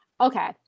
okay